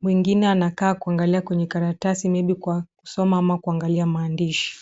Mwingine anakaa kuangalia kwenye karatasi maybe kwa kusoma ama kuangalia maandishi.